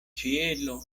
ĉielo